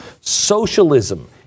socialism